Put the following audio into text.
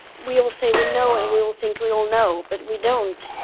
we all say we know and we all think we all know, but we don't.